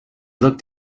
looked